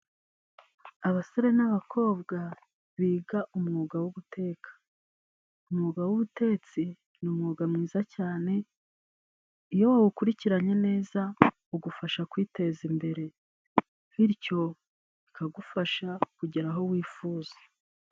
Abasore n'abakobwa biga umwuga wo guteka. Umwuga w'ubutetsi ni umwuga mwiza cyane, iyo wawukurikiranye neza ugufasha kwiteza imbere. Bityo bikagufasha kugera aho wifuza.